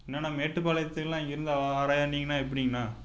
என்னண்ணா மேட்டுபாளையத்துக்கெல்லாம் இங்கேருந்து ஆறாயிரன்னிங்கன்னா எப்படிங்கண்ணா